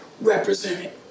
represented